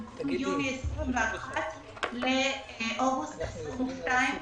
במקום יוני 2021 לאוגוסט 22,